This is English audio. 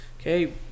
Okay